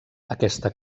aquesta